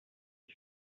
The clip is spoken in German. ist